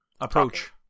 approach